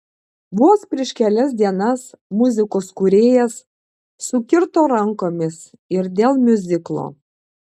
vos prieš kelias dienas muzikos kūrėjas sukirto rankomis ir dėl miuziklo